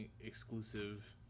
exclusive